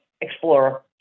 Explorer